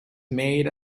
made